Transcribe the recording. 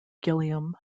gilliam